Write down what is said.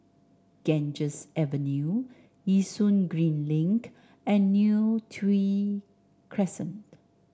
Ganges Avenue Yishun Green Link and Neo Tiew Crescent